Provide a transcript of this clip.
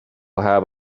have